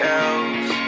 else